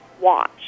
watch